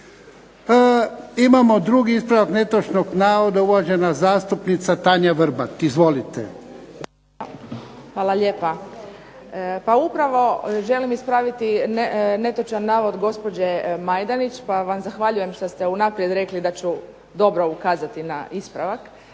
Imamo drugi ispravak netočnog navoda, uvažena zastupnica Tanja Vrbat. Izvolite. **Vrbat Grgić, Tanja (SDP)** Hvala lijepa. Pa upravo želim ispraviti netočan navod gospođe Majdenić pa vam zahvaljujem što ste unaprijed rekli da ću dobro ukazati na ispravak,